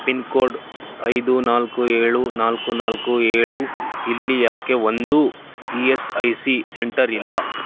pin code ಐದು ನಾಲ್ಕು ಏಳು ನಾಲ್ಕು ನಾಲ್ಕು ಏಳು ಇಲ್ಲಿ ಯಾಕೆ ಒಂದೂ E S I C centre ಇಲ್ಲ